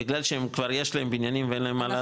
בגלל שהם כבר יש להם בניינים ואין להם מה לעשות